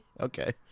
Okay